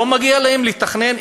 לא מגיע להם תכנון?